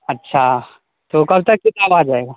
اچھا تو کب تک کتاب آ جائے گا